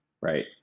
right